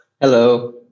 Hello